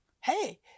hey